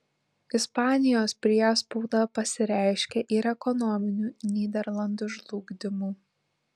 ispanijos priespauda pasireiškė ir ekonominiu nyderlandų žlugdymu